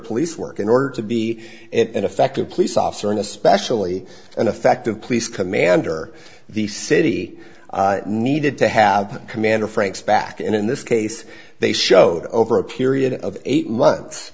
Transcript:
police work in order to be in effect a police officer and especially an effective police commander the city needed to have commander franks back in in this case they showed over a period of eight months